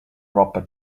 wrapper